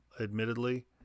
admittedly